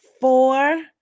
four